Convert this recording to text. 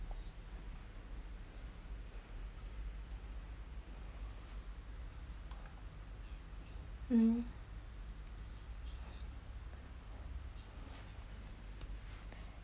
mm